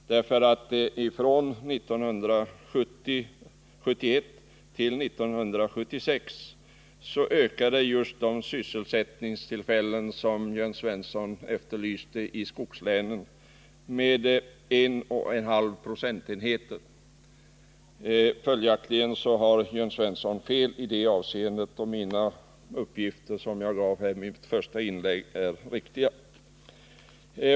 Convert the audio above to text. Från 1970/71 till 1976 ökade just de sysselsättningstillfällen, som Jörn Svensson efterlyste i skogslänen, med 1,5 procentenheter. Följaktligen har Jörn Svensson fel i det avseendet, och de uppgifter som jag gav i mitt första inlägg är riktiga.